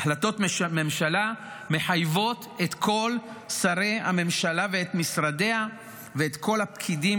החלטות ממשלה מחייבות את כל שרי הממשלה ואת משרדיה ואת כל הפקידים,